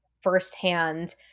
firsthand